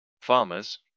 Farmers